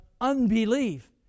unbelief